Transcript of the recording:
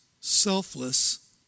selfless